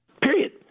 Period